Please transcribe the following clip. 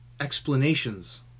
explanations